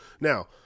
Now